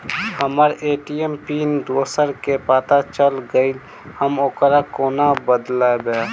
हम्मर ATM PIN दोसर केँ पत्ता चलि गेलै, हम ओकरा कोना बदलबै?